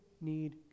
need